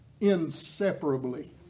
inseparably